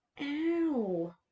Ow